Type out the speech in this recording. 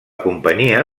companyia